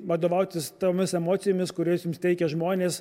vadovautis tomis emocijomis kurias jums teikia žmonės